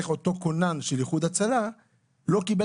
איך אותו כונן של איחוד הצלה לא קיבל